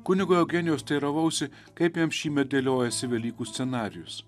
kunigo eugenijaus teiravausi kaip jam šįmet dėliojasi velykų scenarijus